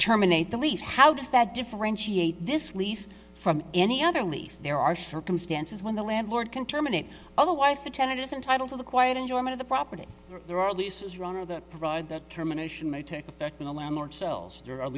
terminate the lease how does that differentiate this lease from any other lease there are circumstances when the landlord can terminate other wife the tenant is entitled to the quiet enjoyment of the property there are leases run of that provide that terminations may take effect in the landlord sells th